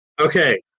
Okay